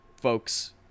Folks